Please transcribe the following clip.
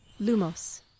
Lumos